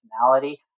personality